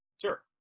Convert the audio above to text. Sure